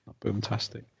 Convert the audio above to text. boomtastic